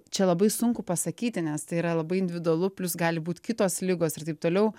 čia labai sunku pasakyti nes tai yra labai individualu plius gali būt kitos ligos ir taip toliau